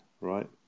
right